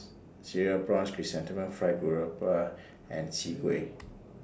Cereal Prawns Chrysanthemum Fried Garoupa and Chwee Kueh